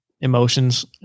emotions